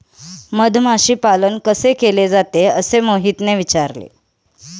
मधमाशी पालन कसे केले जाते? असे मोहितने विचारले